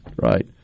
right